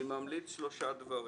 אני ממליץ שלושה דברים: